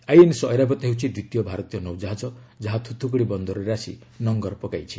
INS Airavat ହେଉଛି ଦ୍ୱିତୀୟ ଭାରତୀୟ ନୌଜାହାଜ ଯାହା ଥୁଥୁକୁଡି ବନ୍ଦରରେ ଆସି ନଙ୍ଗର ପକାଇଛି